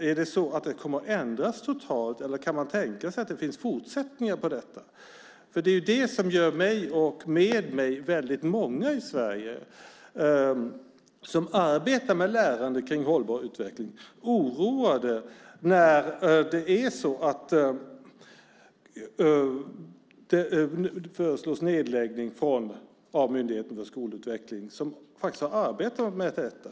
Kommer den att ändras totalt eller kan man tänka sig att det finns fortsättningar på detta? Nu föreslås en nedläggning av Myndigheten för skolutveckling som faktiskt har arbetat med detta. Det är det som gör mig och med mig väldigt många i Sverige som arbetar med lärande om hållbar utveckling oroade.